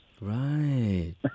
right